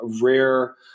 rare